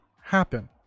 happen